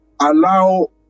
allow